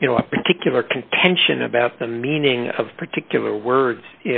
you know a particular contention about the meaning of particular words